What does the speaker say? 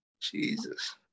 Jesus